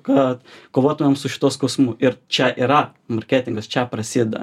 kad kovotojams su šituo skausmu ir čia yra marketingas čia prasideda